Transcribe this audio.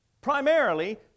Primarily